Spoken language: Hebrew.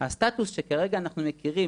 הסטטוס שכרגע אנחנו מכירים,